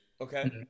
Okay